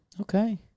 Okay